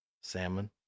Salmon